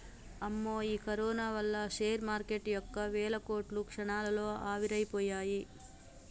అమ్మో ఈ కరోనా వల్ల షేర్ మార్కెటు యొక్క వేల కోట్లు క్షణాల్లో ఆవిరైపోయాయి